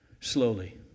slowly